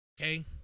Okay